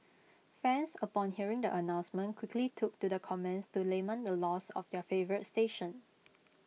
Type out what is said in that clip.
fans upon hearing the announcement quickly took to the comments to lament the loss of their favourite station